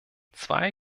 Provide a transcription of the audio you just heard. zwei